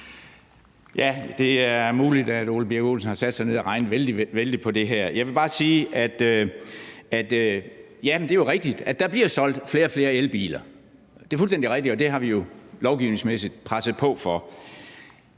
Det er muligt, at hr. Ole Birk Olesen har sat sig ned og regnet vældig meget på det her. Jeg vil bare sige, at det jo er rigtigt, at der bliver solgt flere og flere elbiler. Det er fuldstændig rigtigt, og det har vi jo lovgivningsmæssigt presset på for.